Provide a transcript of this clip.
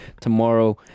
Tomorrow